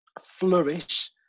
flourish